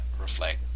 reflect